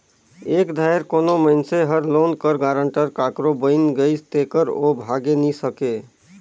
एक धाएर कोनो मइनसे हर लोन कर गारंटर काकरो बइन गइस तेकर ओ भागे नी सके